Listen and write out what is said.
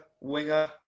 winger